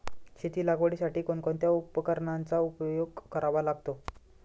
शेती लागवडीसाठी कोणकोणत्या उपकरणांचा उपयोग करावा लागतो?